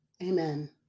amen